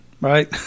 right